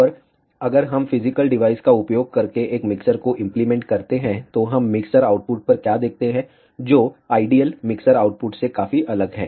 और अगर हम फिजिकल डिवाइस का उपयोग करके एक मिक्सर को इम्प्लीमेंट करते हैं तो हम मिक्सर आउटपुट पर क्या देखते हैं जो आइडियल मिक्सर आउटपुट से काफी अलग है